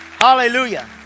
hallelujah